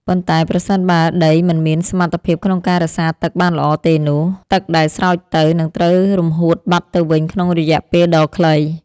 ប៉ុន្តែប្រសិនបើដីមិនមានសមត្ថភាពក្នុងការរក្សាទឹកបានល្អទេនោះ ទឹកដែលស្រោចទៅ នឹងត្រូវរំហួតបាត់ទៅវិញក្នុងរយៈពេលដ៏ខ្លី។